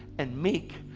and meek.